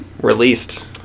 Released